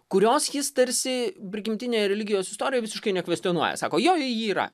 kurios jis tarsi prigimtinėj religijos istorijoj visiškai nekvestionuoja sako jo ji ji yra